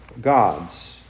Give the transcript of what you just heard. God's